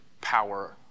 power